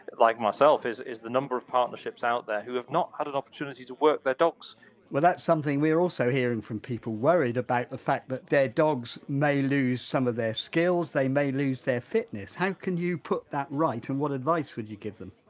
like myself, is is the number of partnerships out there who have not had an opportunity to work their dogs well that's something we're also hearing from people, worried about the fact that their dogs may lose some of their skills, they may lose their fitness. how can you put that right and what advice would you give them?